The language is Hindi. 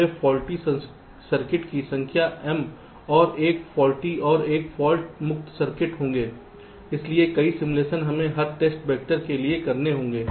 तो वे फौल्टी सर्किट की संख्या m और एक फौल्टी और एक फाल्ट मुक्त सर्किट होंगे इसलिए कई सिमुलेशन हमें हर टेस्ट वेक्टर के लिए करना होंगे